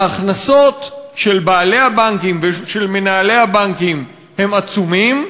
ההכנסות של בעלי הבנקים ושל מנהלי הבנקים הן עצומות,